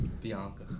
Bianca